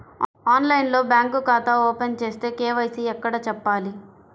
ఆన్లైన్లో బ్యాంకు ఖాతా ఓపెన్ చేస్తే, కే.వై.సి ఎక్కడ చెప్పాలి?